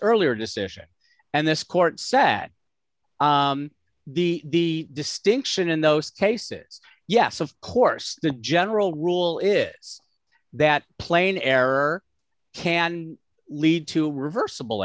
earlier decision and this court said that the distinction in those cases yes of course the general rule is that plain error can lead to reversible